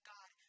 God